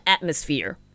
atmosphere